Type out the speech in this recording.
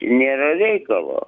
nėra reikalo